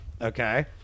okay